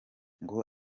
ngo